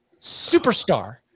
superstar